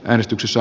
äänestyksessä